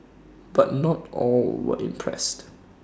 but not all were impressed